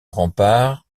remparts